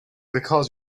because